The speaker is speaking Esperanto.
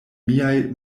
miaj